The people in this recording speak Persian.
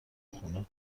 خونه